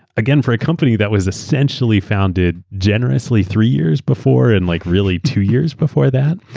again, for a company that was essentially founded generously three years before and like really two years before that,